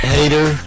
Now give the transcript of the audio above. Hater